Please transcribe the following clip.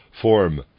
form